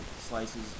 slices